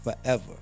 forever